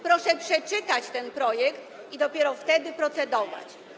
Proszę przeczytać ten projekt i dopiero wtedy nad nim procedować.